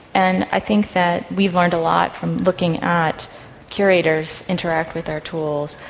and i think that we've learned a lot from looking at curators interact with their tools.